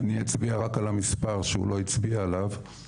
אני אצביע רק על המספר שהוא לא הצביע עליו,